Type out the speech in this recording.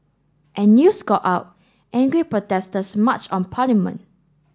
as news got out angry protesters marched on parliament